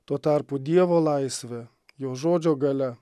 tuo tarpu dievo laisvė jo žodžio galia